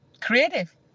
Creative